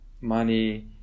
money